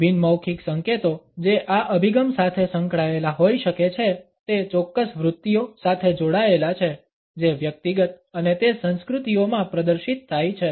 બિન મૌખિક સંકેતો જે આ અભિગમ સાથે સંકળાયેલા હોઈ શકે છે તે ચોક્કસ વૃત્તિઓ સાથે જોડાયેલા છે જે વ્યક્તિગત અને તે સંસ્કૃતિઓમાં પ્રદર્શિત થાય છે